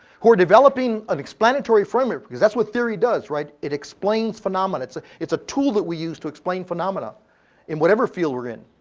who are developing an explanatory framework because that's what theory does right? it explains phenomena. it's it's a tool that we use to explain phenomena in whatever field we're in,